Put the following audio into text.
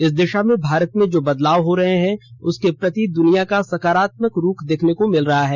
इस दिशा में भारत में जो बदलाव हो रहे हैं उसके प्रति द्वनिया का सकारात्मक रुख देखने को मिल रहा है